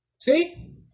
See